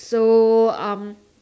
so um